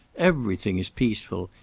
everything is peaceful,